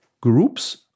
groups